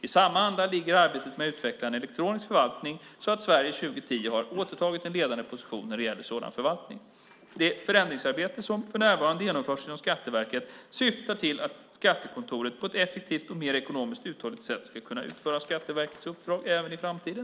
I samma anda ligger arbetet med att utveckla en elektronisk förvaltning så att Sverige år 2010 har återtagit en ledande position när det gäller sådan förvaltning. Det förändringsarbete som för närvarande genomförs inom Skatteverket syftar till att skattekontoret på ett effektivt och mer ekonomiskt och uthålligt sätt ska kunna utföra Skatteverkets uppdrag även i framtiden.